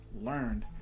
learned